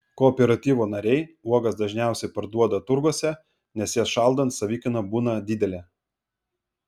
kooperatyvo nariai uogas dažniausiai parduoda turguose nes jas šaldant savikaina būna didelė